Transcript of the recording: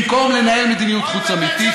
במקום לנהל מדיניות חוץ אמיתית.